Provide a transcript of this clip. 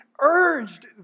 urged